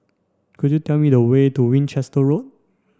could you tell me the way to Winchester Road